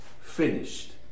finished